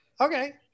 okay